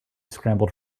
scrambled